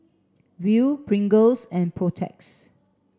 Viu Pringles and Protex